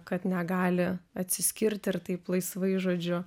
kad negali atsiskirti ir taip laisvai žodžiu